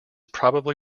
probably